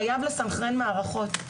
חייב לסנכרן מערכות.